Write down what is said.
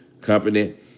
Company